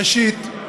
ראשית,